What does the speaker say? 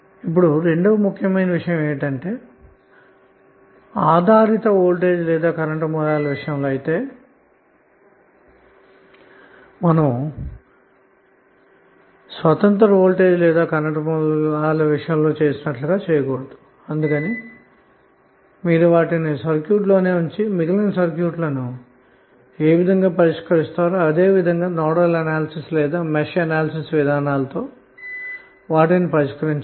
ఇప్పుడు రెండవ ముఖ్యమైన విషయం ఏమిటంటే ఆధారిత వోల్టేజ్ లేదా కరెంటు సోర్స్ ల విషయంలో అయితే మనం స్వతంత్రమైన వోల్టేజ్ కరెంటు సోర్స్ ల విషయంలో లాగా చేయకూడదు అందుకని మీరు వాటిని సర్క్యూట్లోనే ఉంచివేసి ఇతర సర్క్యూట్లను ఏ విధంగా అయితే పరిష్కరిస్తారో అదేవిధంగా నోడల్ అనాలిసిస్లేదా మెష్ ఎనాలిసిస్విధానాలతో పరిష్కరించండి